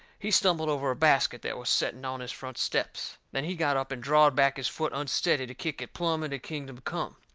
he stumbled over a basket that was setting on his front steps. then he got up and drawed back his foot unsteady to kick it plumb into kingdom come.